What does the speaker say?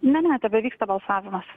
ne ne tebevyksta balsavimas